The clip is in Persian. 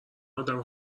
ادم